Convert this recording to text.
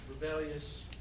rebellious